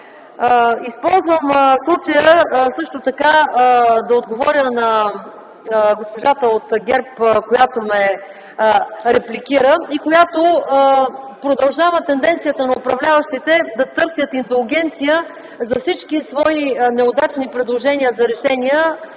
Използвам случая също така да отговоря на госпожата от ГЕРБ, която ме репликира. Тя продължава тенденцията на управляващите да търсят индулгенция за всички свои неудачни предложения за решения